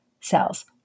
cells